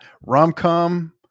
Rom-com